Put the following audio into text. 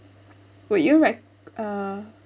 would you re~ uh